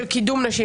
של קידום נשים,